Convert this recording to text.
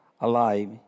alive